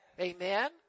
Amen